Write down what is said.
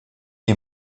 die